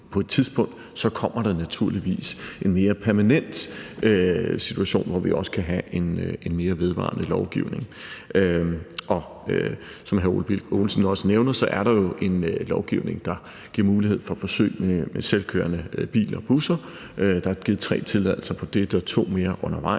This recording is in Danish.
på et tidspunkt kommer der naturligvis en mere permanent situation, hvor vi også kan have en mere vedvarende lovgivning. Og som hr. Ole Birk Olesen jo også nævner, er der en lovgivning, der giver mulighed for forsøg med selvkørende biler og busser. Der er givet tre tilladelser til det, og der er to mere undervejs,